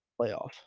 playoff